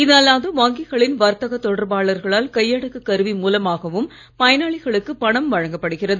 இது அல்லாது வங்கிகளின் வர்த்தக தொடர்பாளர்களால் கையடக்க கருவி மூலமாகவும் பயனாளிகளுக்கு பணம் வழங்கப்படுகிறது